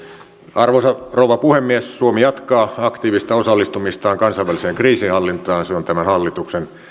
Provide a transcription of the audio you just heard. arvoisa rouva puhemies suomi jatkaa aktiivista osallistumistaan kansainväliseen kriisinhallintaan se on tämän hallituksen